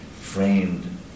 framed